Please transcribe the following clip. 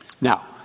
Now